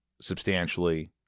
substantially